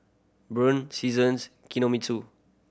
Braun Seasons Kinohimitsu